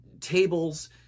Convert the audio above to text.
tables